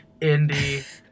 Indie